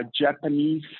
Japanese